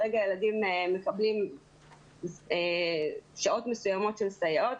כרגע הילדים מקבלים שעות מסוימות של סייעות.